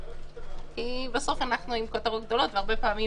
כי בסוף אנחנו עם כותרות גדולות והרבה פעמים